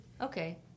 Okay